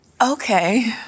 okay